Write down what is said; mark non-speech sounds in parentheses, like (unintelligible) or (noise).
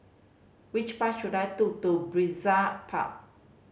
which bus should I (unintelligible) to Brizay Park